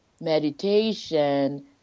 meditation